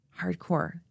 Hardcore